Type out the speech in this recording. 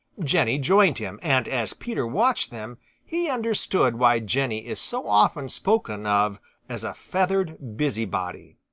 jenny joined him, and as peter watched them he understood why jenny is so often spoken of as a feathered busybody.